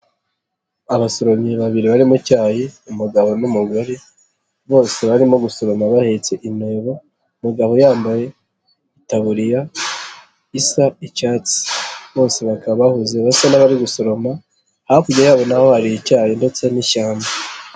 Abasoromyi babiri bari mu icyayi umugabo n'umugore bose barimo gusoroma bahetse in inteba umugabo yambaye itaburiya isa icyatsi, bose bakaba bahuze basa n'abari gusoroma hakurya yabo naho hari icyayi ndetse n'ishyamba.